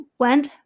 went